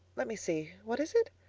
let me see. what is it?